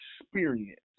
experience